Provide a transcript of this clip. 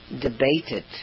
debated